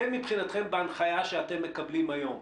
אתם בהנחיה שאתם מקבלים היום.